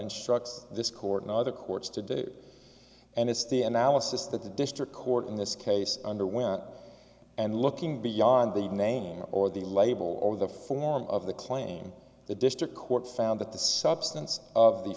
instructs this court and other courts to do and it's the analysis that the district court in this case under which and looking beyond the name or the label of the form of the claim the district court found that the substance of the